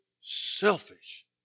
selfish